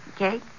Okay